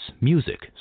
music